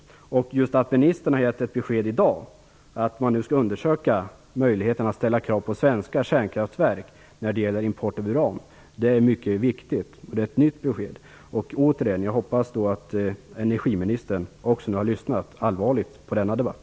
Det är mycket viktigt att ministern har gett ett besked i dag att möjligheten att ställa krav på svenska kärnkraftsverk skall undersökas i fråga om import av uran. Det är ett nytt besked. Jag hoppas, återigen, att energiministern har lyssnat med stort allvar på denna debatt.